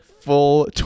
full